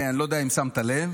אני לא יודע אם שמת לב,